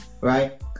right